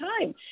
time